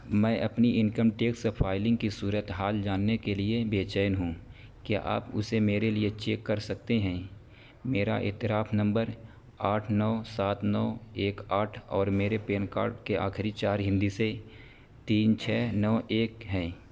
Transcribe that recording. میں اپنی income tax filing کی صورتحال جاننے کے لیے بے چین ہوں کیا آپ اسے میرے لیے چیک کر سکتے ہیں میرا اعتراف نمبر آٹھ نو سات نو ایک آٹھ اور میرے پین کارڈ کے آخری چار ہندسے تین چھ نو ایک ہیں